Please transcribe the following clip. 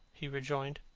he rejoined.